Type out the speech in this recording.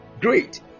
Great